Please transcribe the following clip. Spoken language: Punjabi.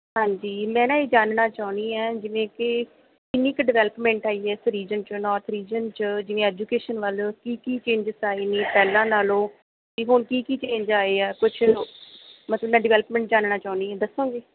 ਹਾਂਜੀ ਮੈਂ ਨਾ ਇਹ ਜਾਨਣਾ ਚਾਹੁੰਦੀ ਹੈ ਜਿਵੇਂ ਕਿ ਕਿੰਨੀ ਕੁ ਡਿਵੈਲਪਮੈਂਟ ਆਈ ਹੈ ਉਸ ਰੀਜਨ 'ਚ ਨੋਰਥ ਰੀਜਨ 'ਚ ਜਿਵੇਂ ਐਜੂਕੇਸ਼ਨ ਵੱਲ ਕੀ ਕੀ ਚੇਂਜਿਸ ਤਾਂ ਆਏ ਨੇ ਪਹਿਲਾਂ ਨਾਲੋਂ ਵੀ ਹੁਣ ਕੀ ਚੇਂਜ ਆਏ ਆ ਕੁਛ ਮਤਲਬ ਮੈਂ ਡਿਵੈਲਪਮੈਂਟ ਜਾਨਣਾ ਚਾਹੁੰਦੀ ਹਾਂ ਦੱਸੋਗੇ